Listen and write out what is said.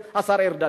את השר ארדן,